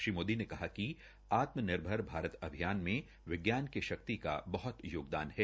श्री मोदी ने कहा कि आत्मनिर्भर भारत अभियान में विज्ञान की शक्ति का बह्त योगदान है